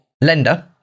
lender